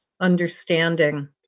understanding